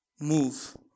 move